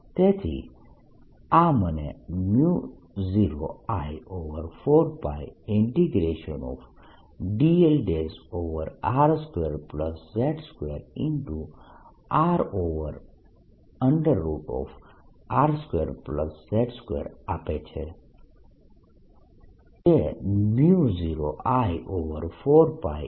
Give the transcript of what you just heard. તેથી આ મને 0I4πdlR2z2RR2z2 આપે છે જે 0I4π2πR